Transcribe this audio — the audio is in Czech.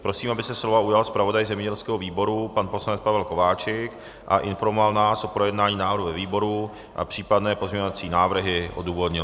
Prosím, aby se slova ujal zpravodaj zemědělského výboru, pan poslanec Pavel Kováčik, a informoval nás o projednání návrhu ve výboru a případné pozměňovací návrhy odůvodnil.